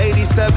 87